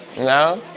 no?